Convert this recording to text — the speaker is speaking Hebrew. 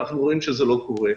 אנחנו רואים שזה לא קורה.